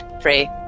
Free